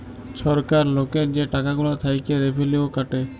ছরকার লকের যে টাকা গুলা থ্যাইকে রেভিলিউ কাটে